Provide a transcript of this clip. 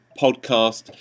Podcast